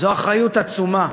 זו אחריות עצומה,